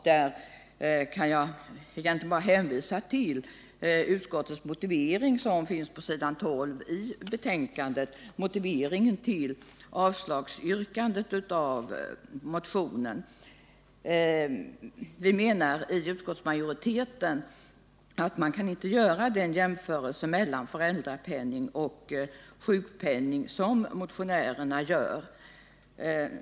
Där kan jag egentligen bara hänvisa till utskottets motivering för avstyrkandet av motionen 1798 på s. 12 i betänkandet. Utskottsmajoriteten anser inte att man kan göra den jämförelse mellan föräldrapenning och sjukpenning som motionärerna gör.